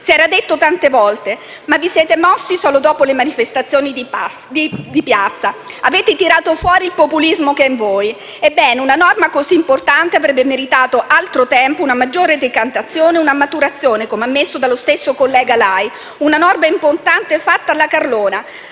Si era detto tante volte, ma vi siete mossi solo dopo le manifestazioni di piazza. Avete tirato fuori il populismo che è in voi. Ebbene, una norma così importante avrebbe meritato altro tempo, una maggiore decantazione e una maturazione, come ammesso dallo stesso collega Lai. Una norma importante fatta alla carlona,